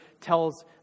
tells